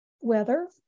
weather